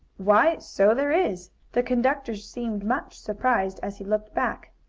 why, so there is! the conductor seemed much surprised as he looked back.